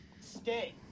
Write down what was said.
Stay